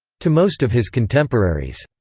to most of his contemporaries,